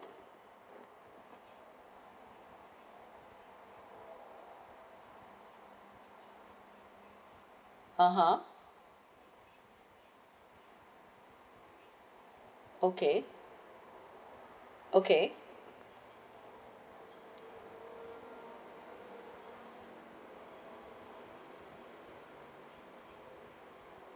ah ha okay okay